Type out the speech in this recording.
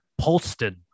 Polston